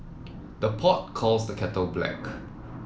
the pot calls the kettle black